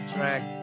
Track